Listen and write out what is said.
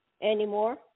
anymore